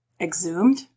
exhumed